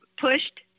pushed